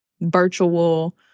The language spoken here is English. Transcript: virtual